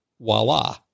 voila